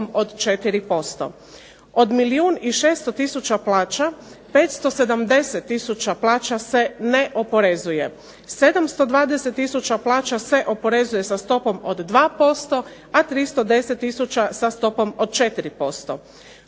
i 600 tisuća plaća, 570 tisuća plaća se ne oporezuje, 720 tisuća plaća se oporezuje sa stopom od 2%, a 310 tisuća sa stopom od 4%.